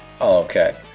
Okay